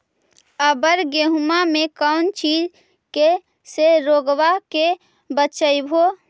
अबर गेहुमा मे कौन चीज के से रोग्बा के बचयभो?